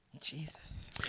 Jesus